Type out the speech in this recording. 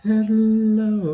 Hello